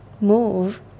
move